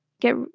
get